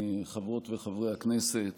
חברות וחברי הכנסת,